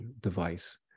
device